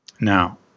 Now